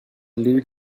lead